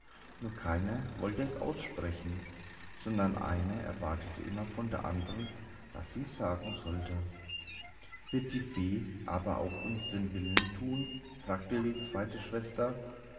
nur keine wollte es aussprechen sondern eine erwartete immer von der andern daß sie's sagen sollte wird die fee aber auch uns den willen tun fragte die zweite schwester